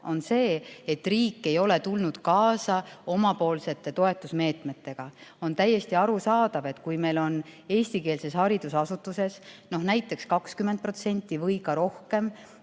on see, et riik ei ole tulnud kaasa omapoolsete toetusmeetmetega. On täiesti arusaadav, et kui meil on eestikeelses haridusasutuses näiteks 20% või rohkem